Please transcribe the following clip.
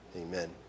amen